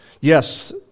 Yes